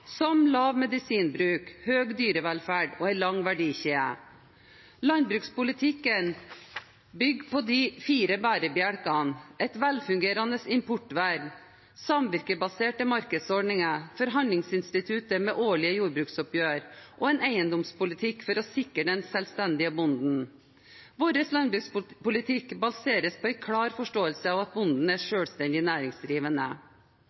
som lav medisinbruk, høy dyrevelferd og en lang verdikjede. Landbrukspolitikken bygger på de fire bærebjelkene et velfungerende importvern, samvirkebaserte markedsordninger, forhandlingsinstituttet med årlige jordbruksoppgjør og en eiendomspolitikk som sikrer den selveiende bonden. Vår landbrukspolitikk baseres på en klar forståelse av at bonden er